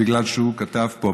בגלל שהוא כתב פה,